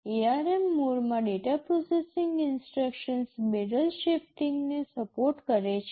ARM મોડમાં data processing instructions barrel શિફટિંગને support કરે છે